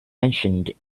mentioned